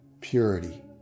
Purity